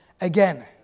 again